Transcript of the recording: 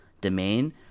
domain